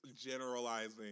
generalizing